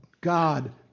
God